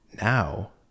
now